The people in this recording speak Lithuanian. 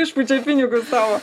išpučia pinigus tavo